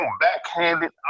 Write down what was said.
backhanded